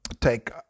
take